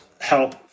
help